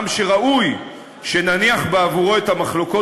עם שראוי שנניח בעבורו את המחלוקות